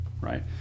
right